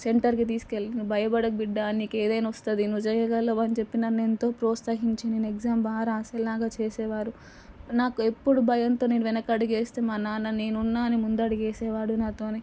సెంటర్కి తీసుకెళ్ళి నువ్వు భయపడకు బిడ్డ నీకు ఏదైనా వస్తుంది నువ్వు చేయగలవు అని చెప్పి నన్ను ఎంతో ప్రోత్సహించి నేను ఎగ్జామ్ బాగా వ్రాసే లాగా చేసేవారు నాకు ఎప్పుడు భయంతో నేను వెనకడుగు వేస్తే మా నాన్న నేను ఉన్న అని ముందడుగు వేసేవాడు నాతోని